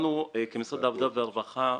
לנו כמשרד העבודה הרווחה,